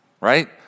right